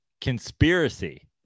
conspiracy